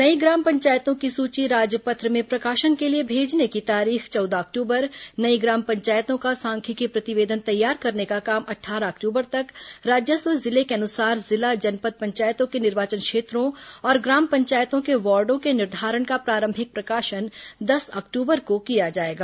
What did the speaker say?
नई ग्राम पंचायतों की सूची राजपत्र में प्रकाशन के लिए मेजने की तारीख चौदह अक्टूबर नई ग्राम पंचायतों का साख्यिकी प्रतिवेदन तैयार करने का काम अट्ठारह अक्टूबर तक राजस्व जिले के अनुसार जिला जनपद पंचायतों के निर्वाचन क्षेत्रों और ग्राम पंचायतों के वार्डों का निर्धारण का प्रारंभिक प्रकाशन दस अक्टूबर को किया जाएगा